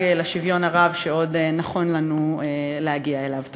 לשוויון הרב שעוד נכון לנו להגיע אליו.